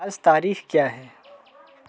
आज तारीख क्या है